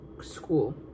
school